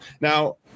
now